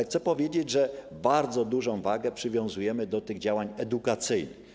Chcę powiedzieć, że bardzo dużą wagę przywiązujemy do działań edukacyjnych.